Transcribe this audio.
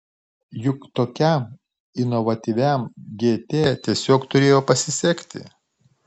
juk tokiam inovatyviam gt tiesiog turėjo pasisekti